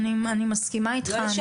אני מסכימה איתך,